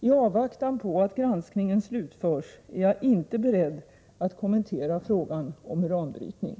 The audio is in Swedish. I avvaktan på att granskningen slutförs är jag inte beredd att kommentera frågan om uranbrytning.